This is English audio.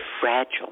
fragile